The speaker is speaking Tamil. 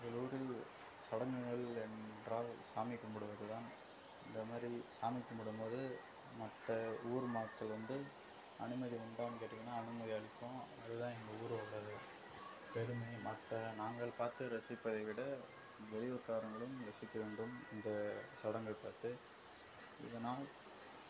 எங்கள் ஊரில் சடங்குகள் என்றால் சாமி கும்பிடுவதுதான் அந்தமாதிரி சாமி கும்புடும்போது மற்ற ஊர்மக்கள் வந்து அனுமதி உண்டான்னு கேட்டீங்கனா அனுமதி அளிப்போம் அதுதான் எங்கள் ஊரோட பெருமை மற்ற நாங்கள் பார்த்து ரசிப்பதை விட வெளியூர்காரங்களும் ரசிக்க வேண்டும் இந்த சடங்கை பார்த்து இதனால்